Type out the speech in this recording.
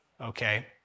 okay